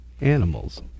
animals